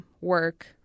work